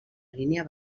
línia